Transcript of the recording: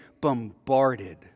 bombarded